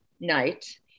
night